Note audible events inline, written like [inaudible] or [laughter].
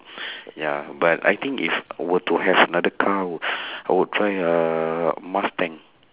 [breath] ya but I think if I were to have another car [breath] I would try uh mustang